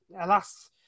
alas